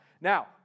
Now